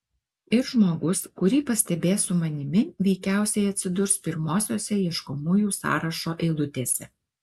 ir žmogus kurį pastebės su manimi veikiausiai atsidurs pirmosiose ieškomųjų sąrašo eilutėse